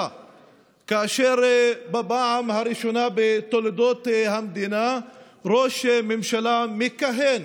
כאשר בפעם הראשונה בתולדות המדינה ראש ממשלה מכהן,